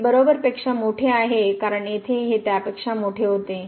हे बरोबर पेक्षा मोठे आहे कारण येथे हे त्यापेक्षा मोठे होते